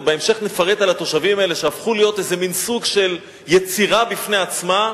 ובהמשך נפרט על התושבים שהפכו להיות איזה מין סוג של יצירה בפני עצמה,